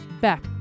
back